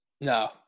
No